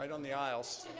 on the aisles.